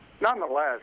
Nonetheless